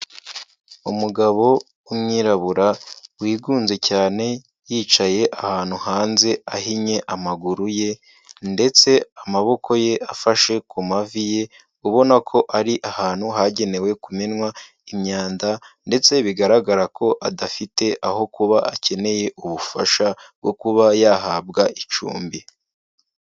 Umugabo w'umwirabura wigunze cyane, yicaye ahantu hanze ahinnye amaguru ye ndetse amaboko ye afashe ku mavi ye ubona ko ari ahantu hagenewe kumenwa imyanda ndetse bigaragara ko adafite aho kuba akeneye ubufasha bwo kuba yahabwa icumbi.